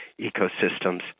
ecosystems